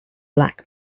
black